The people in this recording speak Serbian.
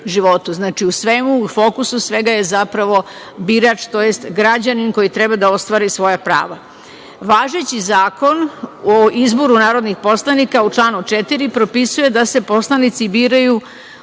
u fokusu svega je zapravo birač tj. građanin koji treba da ostvari svoja prava. Važeći Zakon o izboru narodnih poslanika u članu 4. propisuje da se poslanici biraju